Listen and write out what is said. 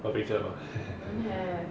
got picture or not